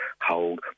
hold